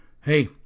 Hey